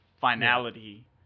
finality